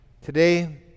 Today